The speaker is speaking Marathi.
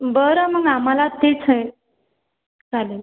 बरं मग आम्हाला फिक्स आहे चालेल